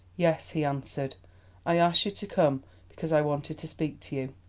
yes, he answered i asked you to come because i wanted to speak to you.